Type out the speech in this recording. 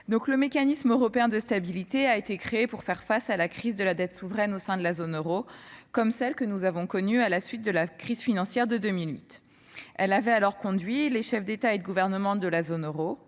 le Mécanisme européen de stabilité a été créé pour faire face à une crise de la dette souveraine au sein de la zone euro, à l'instar de celle que nous avons connue à la suite de la crise financière de 2008. Elle avait conduit les chefs d'État et de gouvernement de la zone euro